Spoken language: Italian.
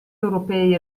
europei